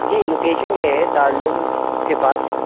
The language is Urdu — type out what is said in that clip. جی لوکیشن یہ ہے دارالعلوم کے پاس